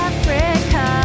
Africa